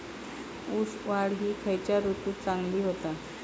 ऊस वाढ ही खयच्या ऋतूत चांगली होता?